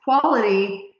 quality